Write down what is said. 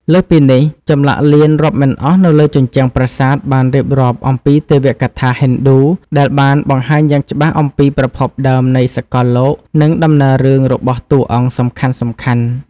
លើសពីនេះ ចម្លាក់លៀនរាប់មិនអស់នៅលើជញ្ជាំងប្រាសាទបានរៀបរាប់អំពីទេវកថាហិណ្ឌូដែលបានបង្ហាញយ៉ាងច្បាស់អំពីប្រភពដើមនៃសកលលោកនិងដំណើររឿងរបស់តួអង្គសំខាន់ៗ។